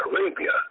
Arabia